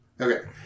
Okay